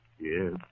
Yes